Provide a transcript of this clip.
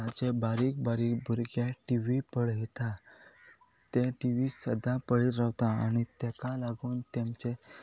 बारीक बारीक भुरगे टी वी पळयता ते टी वी सदां पळयत रावता आनी ताका लागून तेंचे